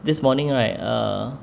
this morning right err